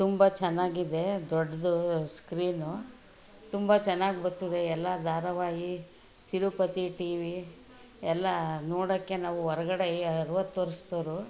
ತುಂಬ ಚೆನ್ನಾಗಿದೆ ದೊಡ್ಡದೂ ಸ್ಕ್ರೀನು ತುಂಬ ಚೆನ್ನಾಗಿ ಬರ್ತದೆ ಎಲ್ಲ ಧಾರಾವಾಹಿ ತಿರುಪತಿ ಟಿವಿ ಎಲ್ಲ ನೋಡೋಕ್ಕೆ ನಾವು ಹೊರ್ಗಡೆಯ ತೋರಿಸ್ತಾರೋ